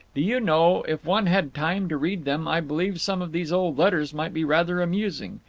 do you know, if one had time to read them, i believe some of these old letters might be rather amusing.